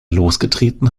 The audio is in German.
losgetreten